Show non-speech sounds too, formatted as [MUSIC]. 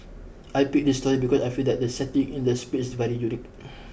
I picked this story because I feel that the setting in the space very unique [NOISE]